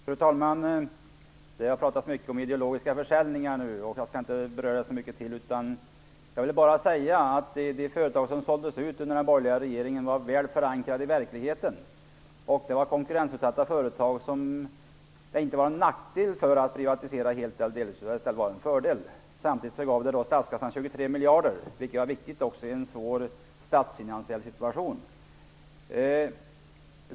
Fru talman! Det har pratats mycket om ideologiska försäljningar. Jag skall inte beröra det så mycket mer. Jag vill bara säga att de företag som såldes ut under den borgerliga regeringstiden var väl förankrade i verkligheten. Det var konkurrensutsatta företag, för vilka det inte var en nackdel att privatiseras helt eller delvis. Det var i stället en fördel. Samtidigt gav det statskassan 23 miljarder. Det tycker jag är viktigt i en statsfinansiellt svår situation.